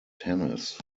tennis